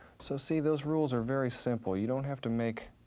so, see those rules are very simple. you don't have to make